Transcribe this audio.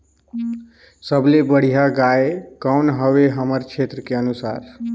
सबले बढ़िया गाय कौन हवे हमर क्षेत्र के अनुसार?